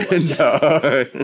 No